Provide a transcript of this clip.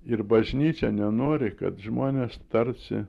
ir bažnyčia nenori kad žmonės tarsi